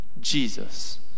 Jesus